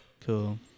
Cool